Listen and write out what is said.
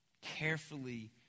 carefully